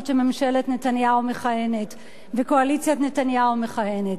שממשלת נתניהו מכהנת וקואליציית נתניהו מכהנת.